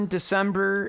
December